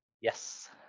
Yes